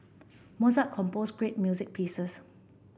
Mozart composed great music pieces